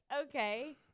okay